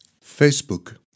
Facebook